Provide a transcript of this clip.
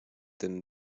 them